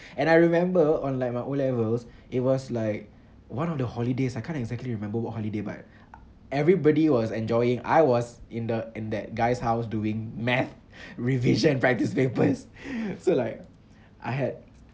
and I remember on like my O levels it was like one of the holidays I can't exactly remember what holiday but everybody was enjoying I was in the in that guy's house doing math revision practice papers so like I had